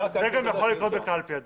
לקרות קלפי.